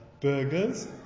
burgers